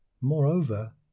Moreover